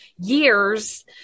years